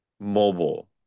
mobile